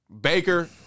Baker